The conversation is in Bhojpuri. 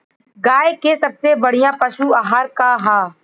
गाय के सबसे बढ़िया पशु आहार का ह?